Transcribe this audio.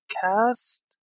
cast